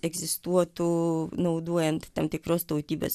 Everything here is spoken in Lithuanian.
egzistuotų naudojant tam tikros tautybės